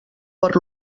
per